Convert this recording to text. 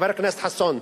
חבר הכנסת חסון,